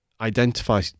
identify